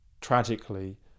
tragically